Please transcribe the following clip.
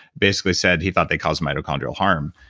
basically said he thought they cause mitochondrial harm.